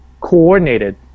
coordinated